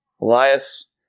Elias